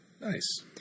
Nice